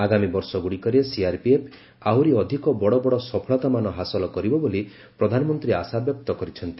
ଆଗାମୀ ବର୍ଷଗୁଡ଼ିକରେ ସିଆର୍ପିଏଫ୍ ଆହୁରି ଅଧିକ ବଡ଼ବଡ଼ ସଫଳତାମାନ ହାସଲ କରିବ ବୋଲି ପ୍ରଧାନମନ୍ତ୍ରୀ ଆଶାବ୍ୟକ୍ତ କରିଛନ୍ତି